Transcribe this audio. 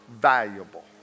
valuable